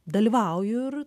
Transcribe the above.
dalyvauju ir